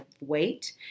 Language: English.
weight